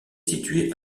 située